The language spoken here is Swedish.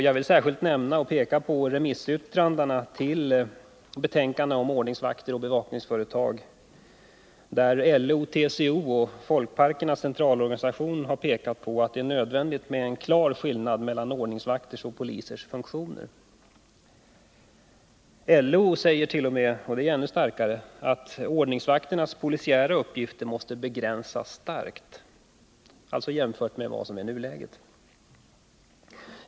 Jag vill särskilt nämna remissyttrandena över betänkandet om ordningsvakter och bevakningsföretag från LO, TCO och Folkparkernas centralorganisation, där man har pekat på att det är nödvändigt med en klar skillnad mellan ordningsvakters och polisers funktioner. LO säger t.o.m. — det är ännu starkare — att ordningsvakternas polisiära uppgifter måste begränsas starkt jämfört med nuläget.